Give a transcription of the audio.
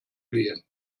gehen